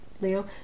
Leo